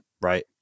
right